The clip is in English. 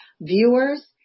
viewers